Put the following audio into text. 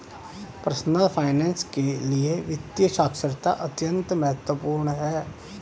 personal finance के लिए वित्तीय साक्षरता अत्यंत महत्वपूर्ण है